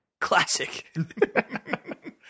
Classic